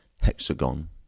hexagon